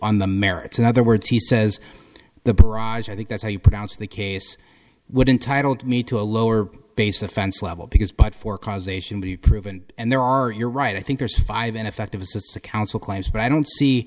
on the merits in other words he says the barrage i think that's how you pronounce the case would entitle me to a lower base offense level because but for causation be proven and there are you're right i think there's five ineffective assistance of counsel clients but i don't see